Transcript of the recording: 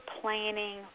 planning